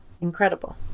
incredible